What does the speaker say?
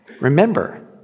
Remember